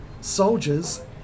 soldiers